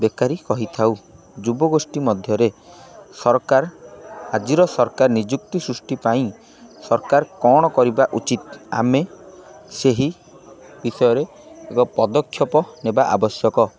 ବେକାରି କହିଥାଉ ଯୁବଗୋଷ୍ଠୀ ମଧ୍ୟରେ ସରକାର ଆଜିର ସରକାର ନିଯୁକ୍ତି ସୃଷ୍ଟି ପାଇଁ ସରକାର କ'ଣ କରିବା ଉଚିତ୍ ଆମେ ସେହି ବିଷୟରେ ଏକ ପଦକ୍ଷେପ ନେବା ଆବଶ୍ୟକ